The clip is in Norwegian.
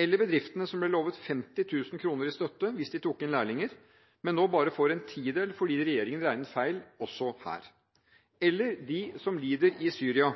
eller bedriftene som ble lovet 50 000 kr i støtte hvis de tok inn lærlinger, men nå bare får en tidel fordi regjeringen regnet feil også her, eller dem som lider i Syria,